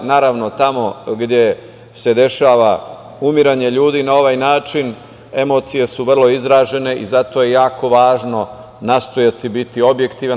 Naravno, tamo gde se dešava umiranje ljudi na ovaj način, emocije su vrlo izražene i zato je jako važno nastojati biti objektivan.